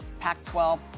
Pac-12